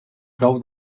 prou